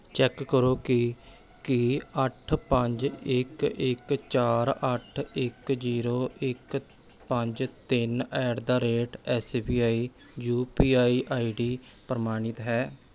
check ਕਰੋ ਕਿ ਕੀ ਅੱਠ ਪੰਜ ਇੱਕ ਇੱਕ ਚਾਰ ਅੱਠ ਇੱਕ ਜ਼ੀਰੋ ਇੱਕ ਪੰਜ ਤਿੰਨ at the rate S B I U P I I D ਪ੍ਰਮਾਣਿਤ ਹੈ